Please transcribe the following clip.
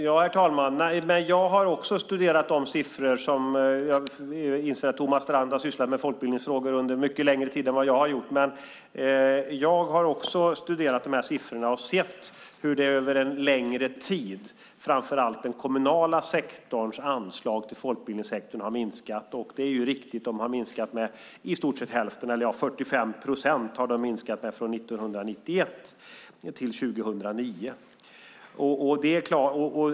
Herr talman! Jag inser att Thomas Strand har sysslat med folkbildningsfrågor under mycket längre tid än vad jag har gjort. Men jag har också studerat de här siffrorna och sett hur framför allt den kommunala sektorns anslag till folkbildningssektorn över en längre tid har minskat. Det är riktigt. Det har minskat med i stort sett hälften, eller det har minskat med 45 procent från 1991 till 2009.